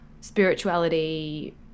spirituality